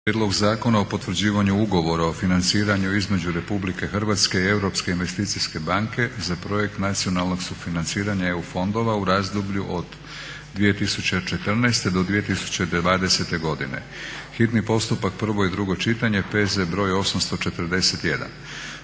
prijedlog zakona o potvrđivanju Ugovora o financiranju između Republike Hrvatske i Europske investicijske banke za projekt nacionalnog sufinanciranja EU fondova u razdoblju 2014.-2020. godine, hitni postupak, prvo i drugo čitanje, P.Z. br. 841.